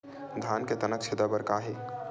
धान के तनक छेदा बर का हे?